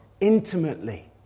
intimately